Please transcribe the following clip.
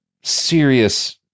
serious